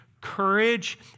courage